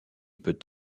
peut